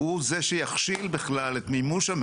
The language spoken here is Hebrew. הוא זה שיכשיל בכלל את מימוש המטרו.